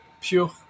pure